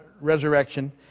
resurrection